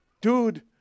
dude